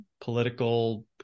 political